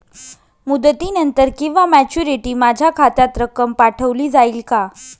मुदतीनंतर किंवा मॅच्युरिटी माझ्या खात्यात रक्कम पाठवली जाईल का?